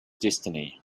destiny